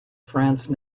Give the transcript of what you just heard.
france